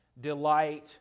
delight